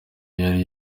yari